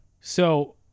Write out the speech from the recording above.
So-